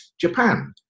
Japan